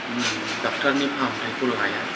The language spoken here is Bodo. डक्टर नि फाहामथायखौ लाया